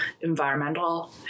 environmental